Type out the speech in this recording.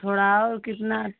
थोड़ा और कितना